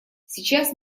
сейчас